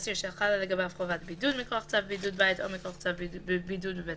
אסיר שחלה לגביו חובת בידוד מכוח צו בידוד בית או מכוח צו בידוד בבית